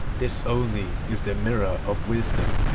this only is the mirror of wisdom.